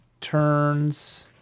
turns